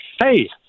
Hey